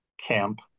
camp